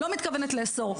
אני לא מתכוונת לאסור.